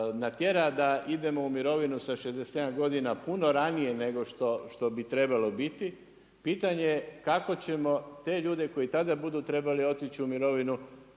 natjera da idemo u mirovinu sa 67 godina puno ranije nego što bi trebalo biti pitanje kako ćemo te ljude koji tada budu trebali otići u mirovinu